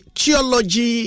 theology